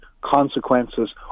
consequences